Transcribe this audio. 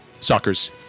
suckers